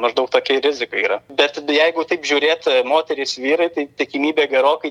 maždaug tokia ir rizika yra bet jeigu taip žiūrėt moterys vyrai tai tikimybė gerokai